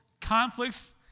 conflicts